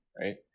right